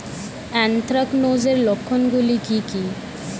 Anthracnose এর লক্ষণ গুলো কি কি?